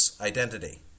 identity